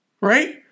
right